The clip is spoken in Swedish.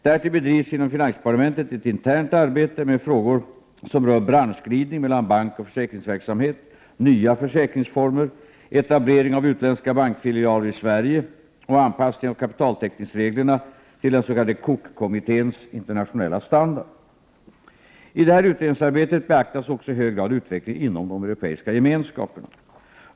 Därtill bedrivs inom finansdepartementet ett internt arbete med frågor rörande branschglidning mellan bankoch försäkringsverksamhet, nya försäkringsformer, etablering av utländska bankfilialer i Sverige och anpassning av kapitaltäckningsreglerna till Cookekommitténs internationella standard. I detta utredningsarbete beaktas också i hög grad utvecklingen inom EG.